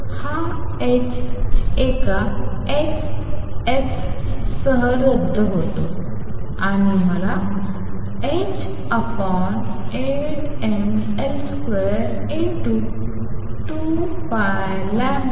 हा h एका hs सह रद्द होतो आणि मला h8mL22nτ 2